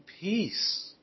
peace